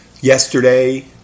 Yesterday